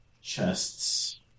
chests